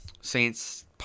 Saints